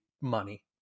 money